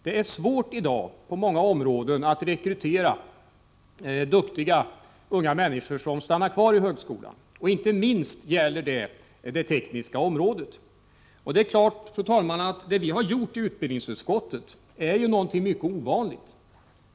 Det är i dag på många områden svårt att rekrytera duktiga unga människor, som är beredda att stanna kvar inom högskolan. Inte minst gäller det på det tekniska området. Det som vi har gjort inom utbildningsutskottet är något mycket ovanligt.